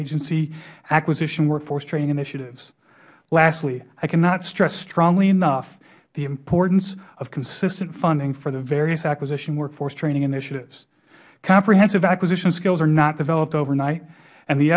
agency acquisition workforce training initiatives lastly i cannot stress strongly enough the importance of consistent funding for the various acquisition workforce training initiatives comprehensive acquisition skills are not developed overnight and the